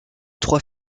trois